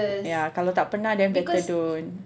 ya kalau tak pernah then better don't